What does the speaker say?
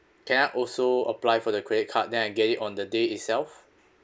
can I also apply for the credit card then I get it on the day itself